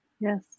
Yes